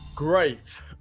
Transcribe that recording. Great